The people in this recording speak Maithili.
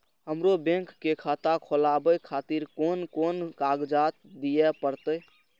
हमरो बैंक के खाता खोलाबे खातिर कोन कोन कागजात दीये परतें?